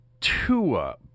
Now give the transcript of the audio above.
Tua